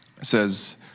says